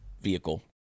vehicle